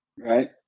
right